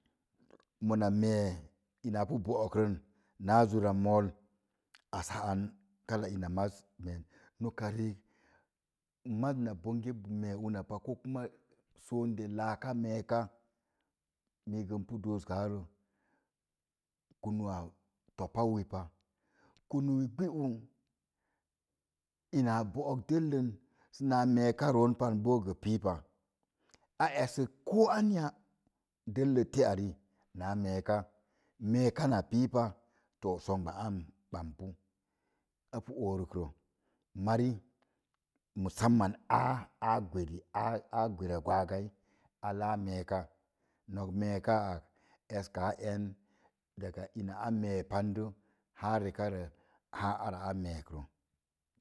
Mona mee ina a pi bo'ok rə naa zur mool asa an kala in maja nok rik maza na bongə mee una pa ko kuma soinde laaka meek mee n pu doo sə kaa rə ku nuu a to pai we pa pi gbəuu. ina book delle sə mee ka pi roo pan gə pi pa. esək koo anya delle té ari naa mee ka. Méé ka na pipa to songbə aam gban tu a pu orik rə mari mussam man áá gweri aa gweri gwaas gai a la meeka nok mee ka ak eskaa en daga ina a mee pan də reka rə ara ameek rə.